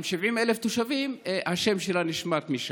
עם 70,000 תושבים, השם שלה נשמט משם.